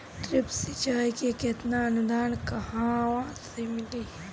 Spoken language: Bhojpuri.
ड्रिप सिंचाई मे केतना अनुदान कहवा से मिली?